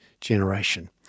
generation